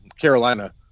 Carolina